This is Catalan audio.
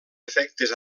efectes